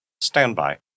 Standby